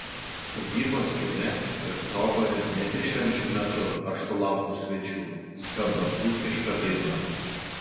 sodybos kieme ir troboje ne tik švenčių metu ar sulaukus svečių skamba dzūkiška daina